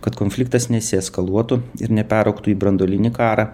kad konfliktas nesieskaluotų ir neperaugtų į branduolinį karą